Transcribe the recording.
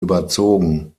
überzogen